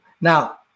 now